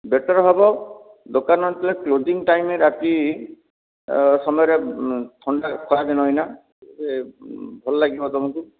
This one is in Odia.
ବେଟର ହେବ ଦୋକାନ ଯେତେବେଳେ କ୍ଲୋଜିଂ ଟାଇମ୍ ରାତି ସମୟରେ ଥଣ୍ଡା ଖରାଦିନ ଏଇନା ଟିକେ ଭଲ ଲାଗିବ ତୁମକୁ